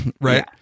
right